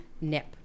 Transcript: Nip